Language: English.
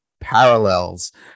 parallels